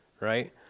right